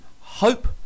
hope